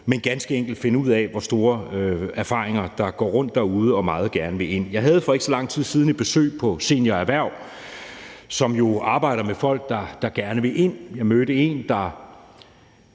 som ganske enkelt skal finde ud af, hvor store erfaringer der går rundt derude og meget gerne vil ind. Jeg havde for ikke så lang tid siden et besøg hos Senior Erhverv, som jo arbejder med folk, der gerne vil ind på arbejdsmarkedet. Jeg